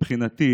אני תמיד